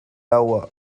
agua